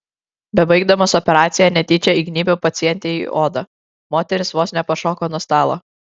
bebaigdamas operaciją netyčia įgnybiau pacientei į odą moteris vos nepašoko nuo stalo